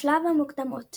שלב המוקדמות